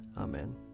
Amen